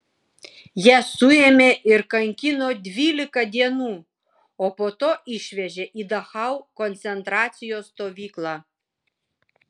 ją suėmė ir kankino dvylika dienų o po to išvežė į dachau koncentracijos stovyklą